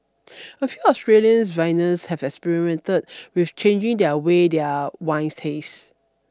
a few Australian wines have experimented with changing their way their wines taste